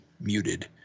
muted